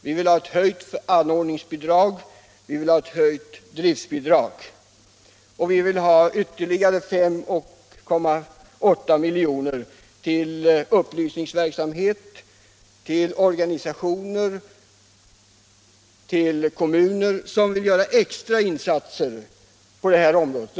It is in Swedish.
Vi vill ha höjt anordningsbidrag och höjt driftbidrag och vi vill ha ytterligare 5,8 milj.kr. till upplysningsverksamhet, till organisationer och till kommuner som vill göra extra insatser på det här området.